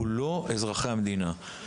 הוא לא אזרחי המדינה.